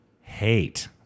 hate